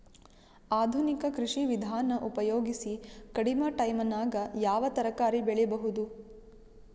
ಆಧುನಿಕ ಕೃಷಿ ವಿಧಾನ ಉಪಯೋಗಿಸಿ ಕಡಿಮ ಟೈಮನಾಗ ಯಾವ ತರಕಾರಿ ಬೆಳಿಬಹುದು?